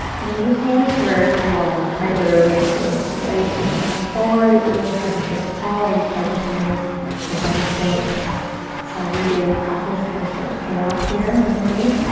and just notice where you are, quite literally, today. like are you kind of shifting forward? is it really hard to sit up tall? are you starting to notice the benefits so of your daily practice kind of start to pay off here? wink, wink.